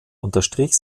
unterstrich